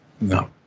No